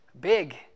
big